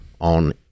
on